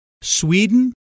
Sweden